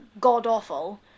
god-awful